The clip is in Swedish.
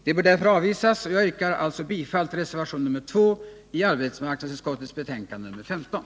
Det bör därför avvisas, och jag yrkar alltså bifall till reservationen 2 vid arbetsmarknadsutskottets betänkande nr 15.